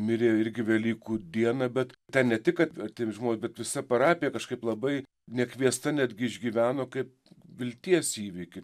mirė irgi velykų dieną bet ten ne tik kad bet visa parapija kažkaip labai nekviesta netgi išgyveno kaip vilties įvykį